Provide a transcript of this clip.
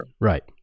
Right